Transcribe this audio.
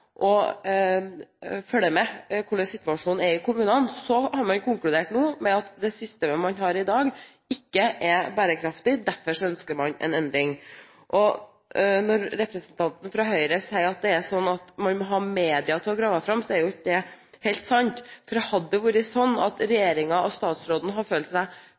og følger med på hvordan situasjonen er i kommunene. Og vi har nå konkludert med at det systemet man har i dag, ikke er bærekraftig, derfor ønsker man en endring. Representanten fra Høyre sier at man må ha media til å grave fram dette – det er jo ikke helt sant, for hadde det vært sånn at regjeringen og statsråden hadde følt seg